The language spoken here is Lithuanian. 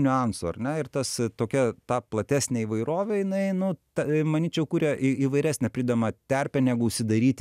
niuansų ar ne ir tas tokia ta platesnė įvairovė jinai nu ta manyčiau kuria įvairesnę pridedamą terpę negu užsidaryti